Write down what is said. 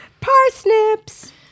Parsnips